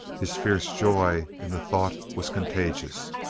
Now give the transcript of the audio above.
his fierce joy in the thought was contagious.